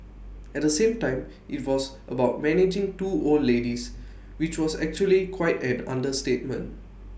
at the same time IT was about managing two old ladies which was actually quite an understatement